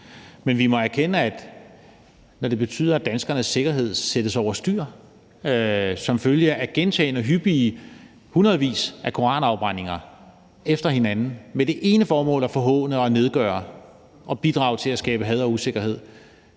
Men vi må erkende, at når det betyder, at danskernes sikkerhed sættes over styr som følge af gentagne, hyppige og i hundredvis af koranafbrændinger efter hinanden med det ene formål at forhåne og nedgøre og bidrage til at skabe had og usikkerhed,